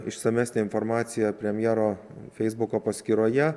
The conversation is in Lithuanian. išsamesnė informacija premjero feisbuko paskyroje